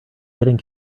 getting